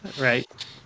right